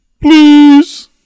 please